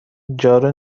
جارو